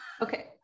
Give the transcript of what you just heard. Okay